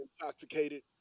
intoxicated